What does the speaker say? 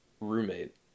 roommate